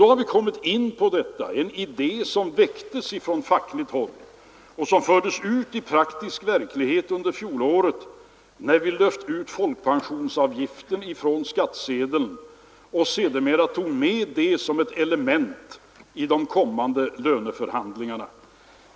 Då har vi kommit in på den idé som väcktes från fackligt håll och fördes ut i praktisk verklighet under fjolåret, när vi lyfte ut folkpensionsavgiften från skattsedeln och sedermera tog med detta såsom ett element i de kommande löneförhandlingarna.